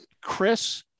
Chris